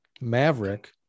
maverick